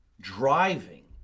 driving